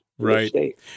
right